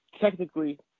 Technically